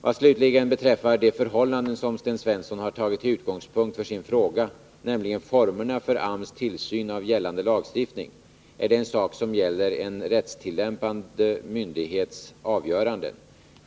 Vad slutligen beträffar de förhållanden som Sten Svensson har tagit till utgångspunkt för sin fråga — nämligen formerna för AMS tillsyn av gällande lagstiftning — är det en sak som gäller en rättstillämpande myndighets avgöranden.